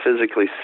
physically